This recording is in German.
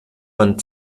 man